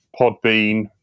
Podbean